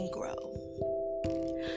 grow